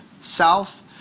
south